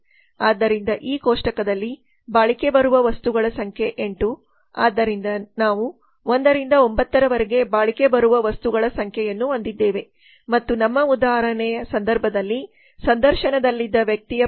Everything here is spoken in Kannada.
ಆದ್ದರಿಂದ ಈ ಕೋಷ್ಟಕದಲ್ಲಿಬಾಳಿಕೆ ಬರುವ ವಸ್ತುಗಳ ಸಂಖ್ಯೆ 8 ಆದ್ದರಿಂದ ನಾವು 1 ರಿಂದ 9 ರವರೆಗೆ ಬಾಳಿಕೆ ಬರುವ ವಸ್ತುಗಳ ಸಂಖ್ಯೆಯನ್ನು ಹೊಂದಿದ್ದೇವೆ ಮತ್ತು ನಮ್ಮ ಉದಾಹರಣೆಯ ಸಂದರ್ಭದಲ್ಲಿ ಸಂದರ್ಶನದಲ್ಲಿದ್ದ ವ್ಯಕ್ತಿಯ ಪ್ರಕಾರ ನಾವು ಇಲ್ಲಿ 8 ಕ್ಕೆ ಇದ್ದೇವೆ